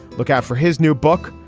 look out for his new book.